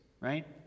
right